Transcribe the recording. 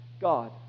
God